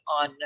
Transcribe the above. on